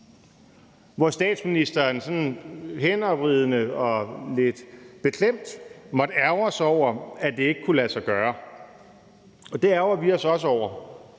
hvor statsministeren sådan hændervridende og lidt beklemt måtte ærgre sig over, at det ikke kunne lade sig gøre. Det ærgrer vi os også over.